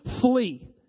Flee